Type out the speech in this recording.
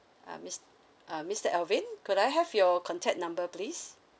ah mis~ uh mister alvin could I have your contact number please